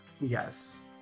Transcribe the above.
Yes